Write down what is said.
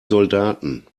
soldaten